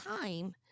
time